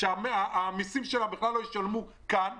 שהמיסים שלה לא יושלמו כאן.